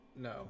No